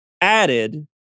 added